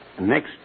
Next